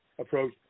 approach